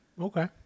Okay